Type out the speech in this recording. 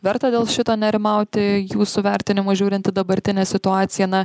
verta dėl šito nerimauti jūsų vertinimu žiūrint į dabartinę situaciją na